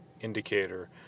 indicator